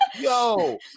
yo